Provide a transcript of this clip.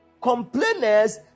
Complainers